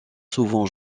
souvent